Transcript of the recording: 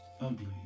ugly